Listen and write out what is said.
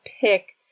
pick